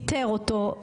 פיטר אותו.